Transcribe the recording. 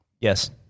Yes